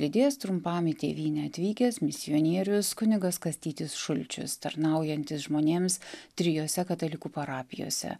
lydės trumpam į tėvynę atvykęs misionierius kunigas kastytis šulčius tarnaujantis žmonėms trijose katalikų parapijose